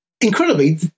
incredibly